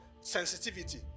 sensitivity